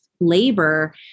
labor